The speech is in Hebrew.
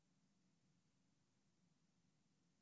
או